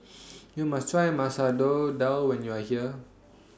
YOU must Try Dal when YOU Are here